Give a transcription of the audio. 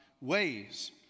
ways